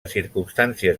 circumstàncies